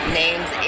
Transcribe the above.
names